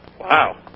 Wow